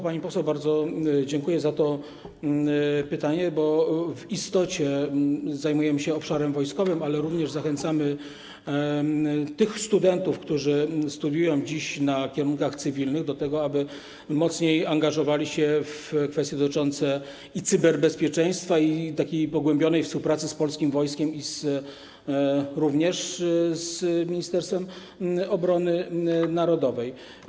Pani poseł, bardzo dziękuję za to pytanie, bo w istocie zajmujemy się obszarem wojskowym, ale również zachęcamy studentów, którzy studiują dziś na kierunkach cywilnych, do tego, aby mocniej angażowali się w kwestie dotyczące i cyberbezpieczeństwa, i pogłębionej współpracy z polskim wojskiem i Ministerstwem Obrony Narodowej.